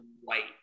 white